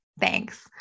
Thanks